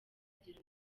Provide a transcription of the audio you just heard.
agira